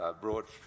brought